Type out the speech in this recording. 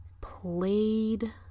played